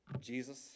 Jesus